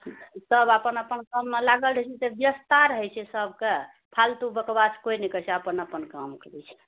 सब अपन अपन काममे लागल रहै छै तऽ व्यस्तता रहै छै सबके फालतू बकबास केओ नहि करै छै अपन अपन काम करै छै